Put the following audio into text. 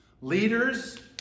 leaders